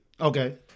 Okay